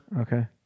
Okay